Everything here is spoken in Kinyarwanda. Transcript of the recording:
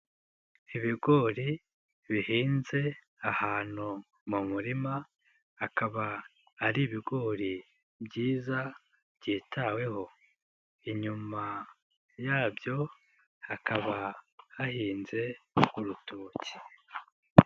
Ibigori bihinze ahantu mu murima, akaba ari ibigori byiza, byitaweho, inyuma yabyo hakaba hahinze urutoki.